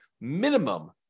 minimum